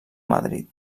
madrid